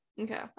Okay